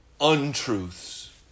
untruths